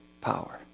power